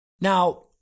Now